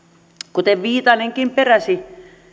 kuten viitanenkin peräsi